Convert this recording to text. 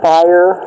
fire